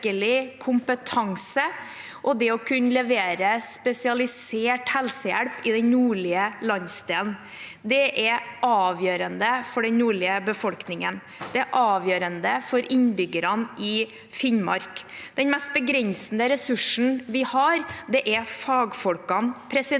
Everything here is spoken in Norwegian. kompetanse og for å kunne levere spesialisert helsehjelp i den nordlige landsdelen. Det er avgjørende for den nordlige befolkningen, og det er avgjørende for innbyggerne i Finnmark. Den mest begrensende ressursen vi har, er fagfolkene.